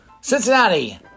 Cincinnati